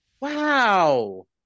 Wow